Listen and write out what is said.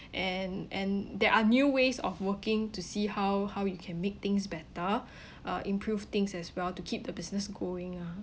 and and there are new ways of working to see how how it can make things better uh improve things as well to keep the business going ah